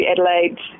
Adelaide